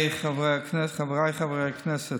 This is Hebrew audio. חבריי חברי הכנסת,